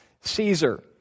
Caesar